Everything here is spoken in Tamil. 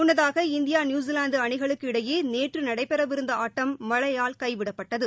முன்னதாக இந்தியா நியுசிலாந்து அணிகளுக்கு இடையே நேற்று நடைபெறவிருந்த ஆட்டம் மழையால் கைவிடப்பட்டது